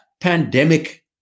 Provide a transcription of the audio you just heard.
pandemic